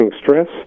stress